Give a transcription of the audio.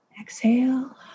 exhale